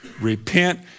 repent